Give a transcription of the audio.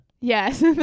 Yes